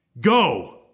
Go